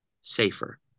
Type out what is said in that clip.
safer